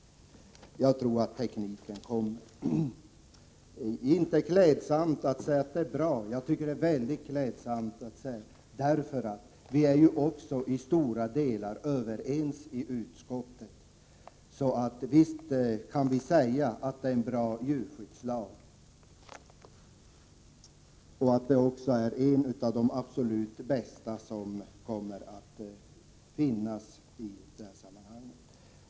Jag tror att tekniken kommer. Det skulle alltså inte vara klädsamt att säga att den föreslagna lagstiftningen är bra. Men det tycker jag, eftersom vi ju i stora delar också är överens i utskottet. Visst kan vi säga att det är fråga om en bra djurskyddslag och att den också är en av de absolut bästa som kommer att finnas i detta sammanhang.